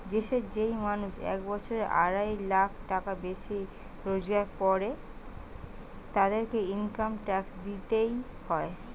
দেশের যেই মানুষ এক বছরে আড়াই লাখ টাকার বেশি রোজগার করের, তাদেরকে ইনকাম ট্যাক্স দিইতে হয়